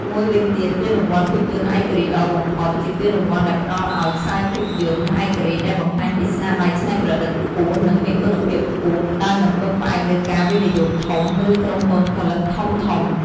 មួយវិញទៀតពានរង្វាន់ភាពយន្តឯករាជ្យល្អបំផុត ជាពានរង្វាន់ដែលផ្តល់ឲ្យខ្សែភាពយន្តឯករាជ្យដែលបង្ហាញពីស្នាដៃច្នៃប្រឌិតខ្ពស់ និងមានគុណភាពខ្ពស់ ដោយមិនពឹងផ្អែកលើការវិនិយោគធំ ឬក្រុមហ៊ុនផលិតធំៗ។